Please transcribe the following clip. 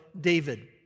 David